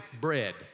bread